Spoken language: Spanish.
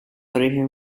origen